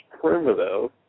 primitive